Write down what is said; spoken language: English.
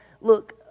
look